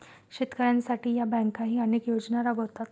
शेतकऱ्यांसाठी या बँकाही अनेक योजना राबवतात